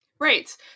Right